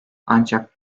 ancak